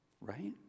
Right